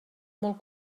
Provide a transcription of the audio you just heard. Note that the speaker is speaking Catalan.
molt